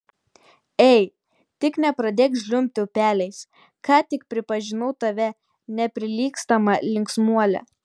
ei tik nepradėk žliumbti upeliais ką tik pripažinau tave neprilygstama linksmuole